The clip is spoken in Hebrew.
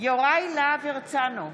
יוראי להב הרצנו,